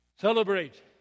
celebrate